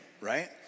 right